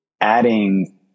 adding